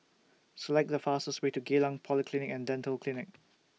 Select The fastest Way to Geylang Polyclinic and Dental Clinic